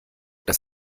dass